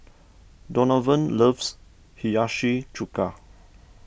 Donavon loves Hiyashi Chuka